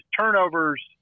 turnovers